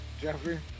Jeffrey